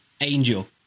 Angel